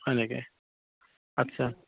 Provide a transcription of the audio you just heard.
হয় নেকি আচ্ছা